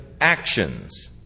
actions